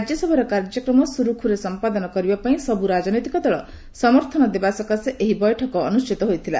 ରାଜ୍ୟସଭାର କାର୍ଯ୍ୟକ୍ରମ ସୁରୁଖୁରୁରେ ସମ୍ପାଦନ କରିବା ପାଇଁ ସବୁ ରାଜନୈତିକ ଦଳ ସମର୍ଥନ ଦେବା ସକାଶେ ଏହ ବୈଠକ ଅନୁଷ୍ଠିତ ହୋଇଥିଲା